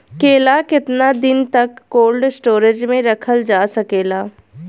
केला केतना दिन तक कोल्ड स्टोरेज में रखल जा सकेला?